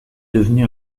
devenue